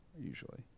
usually